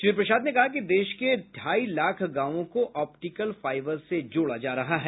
श्री प्रसाद ने कहा कि देश के ढाई लाख गांवों को ऑप्टिकल फाइबर से जोड़ा जा रहा है